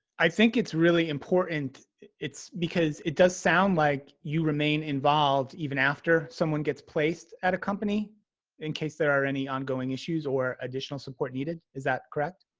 i think it's really important it's because it does sound like you remain involved even after someone gets placed at a company in case there are any ongoing issues or additional support needed is that correct?